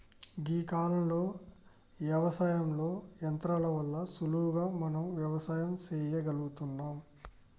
గీ కాలంలో యవసాయంలో యంత్రాల వల్ల సులువుగా మనం వ్యవసాయం సెయ్యగలుగుతున్నం